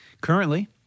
Currently